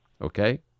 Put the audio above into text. Okay